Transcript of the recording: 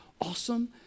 awesome